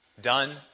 done